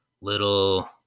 little